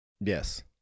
Yes